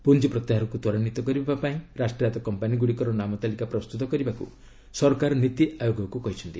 ପୁଞ୍ ପ୍ରତ୍ୟାହାରକୁ ତ୍ୱରାନ୍ୱିତ କରିବାପାଇଁ ରାଷ୍ଟ୍ରାୟତ୍ତ କମ୍ପାନୀଗୁଡ଼ିକର ନାମ ତାଲିକା ପ୍ରସ୍ତ୍ରତ କରିବାକୁ ସରକାର ନୀତି ଆୟୋଗକୁ କହିଛନ୍ତି